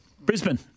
Brisbane